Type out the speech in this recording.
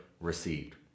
received